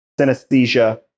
synesthesia